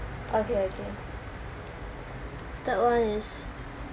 ok ok third one is